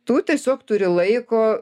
tu tiesiog turi laiko